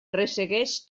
ressegueix